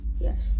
Yes